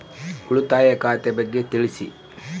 ಉಳಿತಾಯ ಖಾತೆ ಬಗ್ಗೆ ತಿಳಿಸಿ?